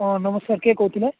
ହଁ ନମସ୍କାର କିଏ କହୁଥିଲେ